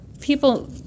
people